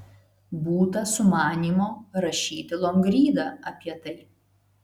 būta sumanymo rašyti longrydą apie tai